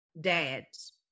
dads